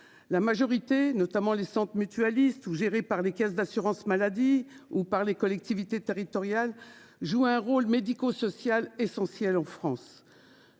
La majorité notamment les Centres mutualistes ou gérés par les caisses d'assurance maladie ou par les collectivités territoriales. Joue un rôle médico-social essentiel en France.